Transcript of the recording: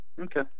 Okay